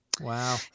Wow